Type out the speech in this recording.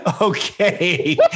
okay